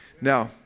now